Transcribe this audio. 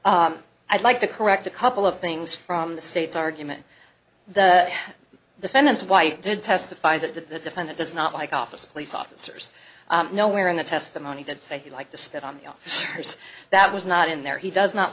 and i'd like to correct a couple of things from the state's argument the defendant's wife did testify that the defendant does not like office police officers nowhere in the testimony that say he'd like to spit on the officers that was not in there he does not